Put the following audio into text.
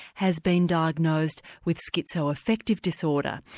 has been diagnosed with schizoaffective disorder.